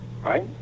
Right